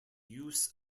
use